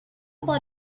about